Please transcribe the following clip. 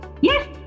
Yes